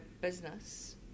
business